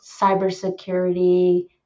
cybersecurity